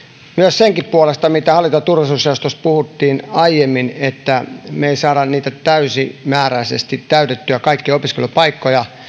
senkin puolesta mitä hallinto ja turvallisuusjaostossa puhuttiin aiemmin että me emme saa täysimääräisesti kaikkia opiskelupaikkoja täytettyä